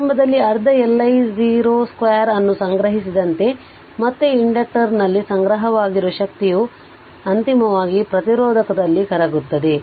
ಆರಂಭದಲ್ಲಿ ಅರ್ಧ L I0 square ಅನ್ನು ಸಂಗ್ರಹಿಸಿದಂತೆ ಮತ್ತೆ ಇಂಡಕ್ಟರ್ನಲ್ಲಿ ಸಂಗ್ರಹವಾಗಿರುವ ಶಕ್ತಿಯು ಅಂತಿಮವಾಗಿ ಪ್ರತಿರೋಧಕದಲ್ಲಿ ಕರಗುತ್ತದೆ